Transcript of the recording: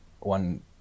one